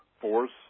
force